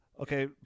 okay